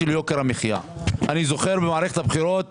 אני זוכר שבמערכת הבחירות